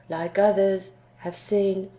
like others, have seen,